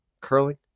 curling